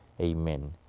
Amen